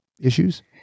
issues